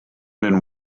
been